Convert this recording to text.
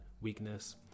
weakness